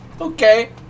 Okay